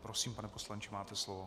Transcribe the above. Prosím, pane poslanče, máte slovo.